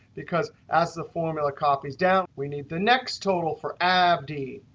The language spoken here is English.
because as the formula copies down, we need the next total for abdi,